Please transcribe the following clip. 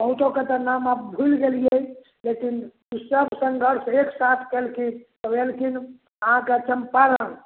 बहुतोके तऽ नाम आब भुलि गेलियै लेकिन ई सब सङ्घर्ष एक साथ कयलखिन तब एलखिन अहाँके चम्पारण